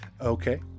Okay